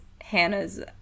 Hannah's